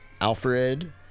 Alfred